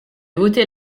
voté